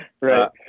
Right